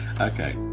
okay